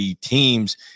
teams